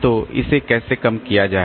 तो इसे कैसे कम किया जाए